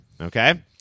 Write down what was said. Okay